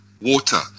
water